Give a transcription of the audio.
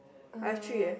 I have three eh